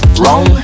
wrong